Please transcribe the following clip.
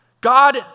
God